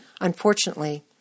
Unfortunately